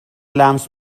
لمس